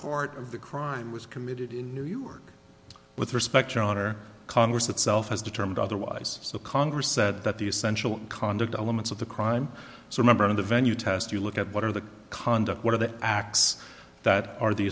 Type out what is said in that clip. part of the crime was committed in new york with respect your honor congress itself has determined otherwise so congress said that the essential conduct elements of the crime so member of the venue test you look at what are the conduct what are the acts that are the